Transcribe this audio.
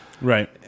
Right